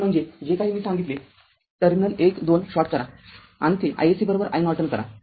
तर म्हणजेजे काही मी सांगितले टर्मिनल १ २ शॉर्ट करा आणि ते iSC iNorton करा